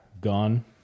Gone